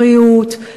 בריאות,